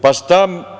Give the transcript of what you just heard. Pa, šta?